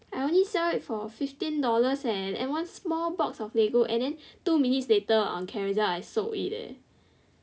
I only sell it for fifteen dollars leh and one small box of Lego and then two minutes later on Carousell I sold it eh